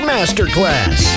Masterclass